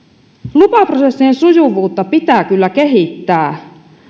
lupaprosessien sujuvuutta pitää kyllä kehittää